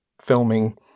filming